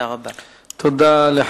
תודה רבה.